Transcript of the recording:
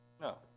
No